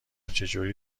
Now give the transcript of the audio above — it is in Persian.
چجوری